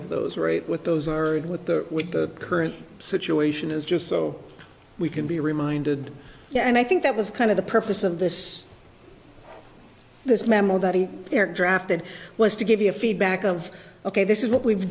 of those rate with those are and with the with the current situation is just so we can be reminded yeah and i think that was kind of the purpose of this this memo that he drafted was to give you a feedback of ok this is what we've